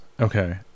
Okay